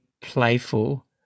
playful